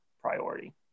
priority